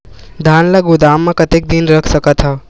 धान ल गोदाम म कतेक दिन रख सकथव?